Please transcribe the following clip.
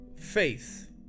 faith